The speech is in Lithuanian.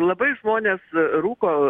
labai žmonės rūko